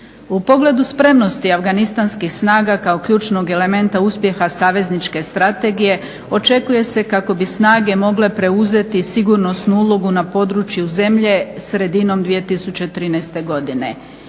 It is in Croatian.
U pogledu spremnosti afganistanskih snaga kao ključnog elementa uspjeha savezničke strategije očekuje se kako bi snage mogle preuzeti sigurnosnu ulogu na području zemlje sredinom 2013. godine.